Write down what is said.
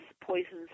poisons